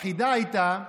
החידה הייתה: